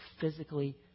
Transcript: physically